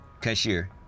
Cashier